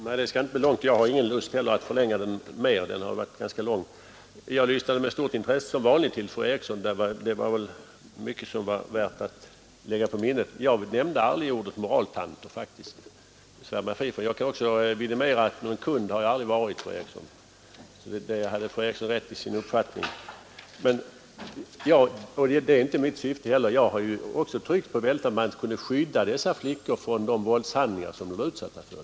Herr talman! Mitt inlägg skall inte bli långt. Jag har inte heller någon lust att förlänga debatten ytterligare. Jag lyssnade med stort intresse, som vanligt, på fru Eriksson i Stockholm, och hon sade mycket som var värt att lägga på minnet. Jag nämnde faktiskt aldrig ordet moraltant — jag svär mig fri. Någon kund har jag aldrig varit, fru Eriksson. I det avseendet hade fru Eriksson rätt i sin uppfattning. Jag har också tryckt mycket på att man måste skydda dessa flickor från de våldshandlingar som de är utsatta för.